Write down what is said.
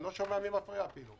אני לא שומע מי מפריע אפילו,